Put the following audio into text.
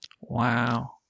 Wow